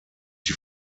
die